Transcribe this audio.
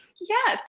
Yes